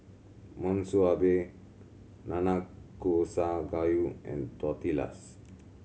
Monsunabe Nanakusa Gayu and Tortillas